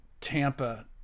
Tampa